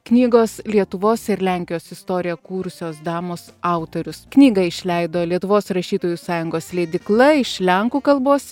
knygos lietuvos ir lenkijos istoriją kūrusios damos autorius knygą išleido lietuvos rašytojų sąjungos leidykla iš lenkų kalbos